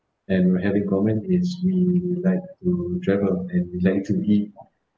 and having common is we like to travel and we like to eat